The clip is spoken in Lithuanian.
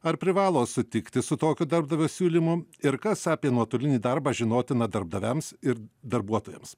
ar privalo sutikti su tokiu darbdavio siūlymu ir kas apie nuotolinį darbą žinotina darbdaviams ir darbuotojams